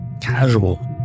casual